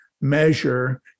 measure